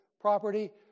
property